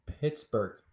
Pittsburgh